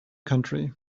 country